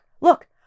Look